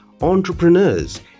entrepreneurs